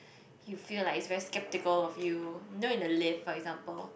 you feel like is very skeptical of you you know in the lift for example